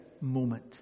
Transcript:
moment